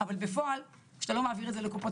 אבל בפועל כשאתה לא מעביר את זה לקופות